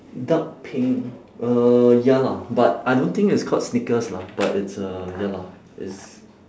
dark pink uh ya lah but I don't think it's called sneakers lah but it's uh ya lah it's